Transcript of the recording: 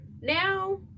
now